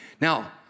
Now